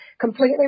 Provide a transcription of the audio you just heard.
completely